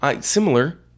Similar